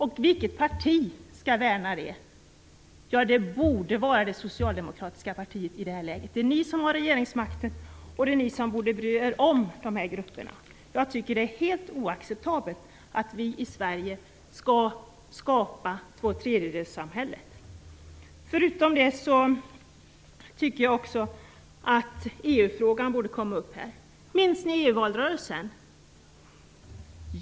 Vilket parti skall värna om dem? Det borde vara det socialdemokratiska partiet i det här läget. Det är ni som har regeringsmakten och det är ni som borde bry er om dessa grupper. Jag tycker att det är helt oacceptabelt att vi i Sverige skall skapa ett tvåtredjedelssamhälle. Förutom det tycker jag också att EU-frågan borde komma upp här. Minns ni EU-valrörelsen?